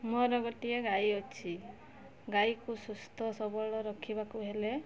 ମୋର ଗୋଟିଏ ଗାଈ ଅଛି ଗାଈକୁ ସୁସ୍ଥ ସବଳ ରଖିବାକୁ ହେଲେ